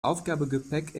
aufgabegepäck